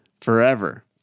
forever